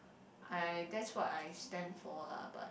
I that's what I stand for lah but